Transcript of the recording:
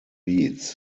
beats